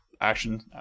action